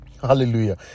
Hallelujah